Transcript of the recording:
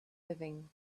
living